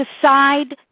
decide